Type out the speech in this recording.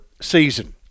season